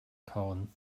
kauen